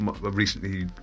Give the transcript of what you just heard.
recently